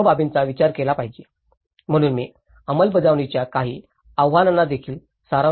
म्हणून मी अंमलबजावणीच्या काही आव्हानांचादेखील सारांश देत आहे